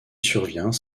survient